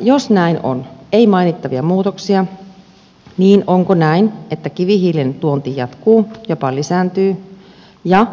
jos näin on että ei mainittavia muutoksia niin onko näin että kivihiilen tuonti jatkuu jopa lisääntyy ja